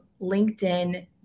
LinkedIn